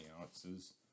ounces